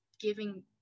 giving